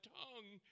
tongue